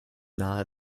nahe